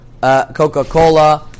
Coca-Cola